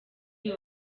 uyu